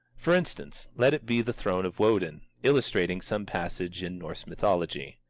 for instance, let it be the throne of wodin, illustrating some passage in norse mythology.